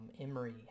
Emory